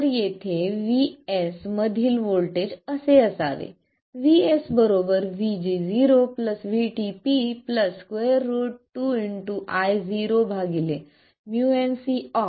तर येथे Vs मधील व्होल्टेज असे असावे Vs VG0 VTP 2 2 Io µnCox W L